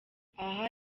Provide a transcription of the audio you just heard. aha